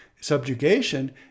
subjugation